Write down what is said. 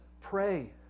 pray